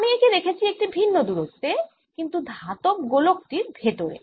আমি একে রেখেছি একটি ভিন্ন দূরত্বে কিন্তু ধাতব গোলক টির ভেতরে